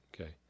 Okay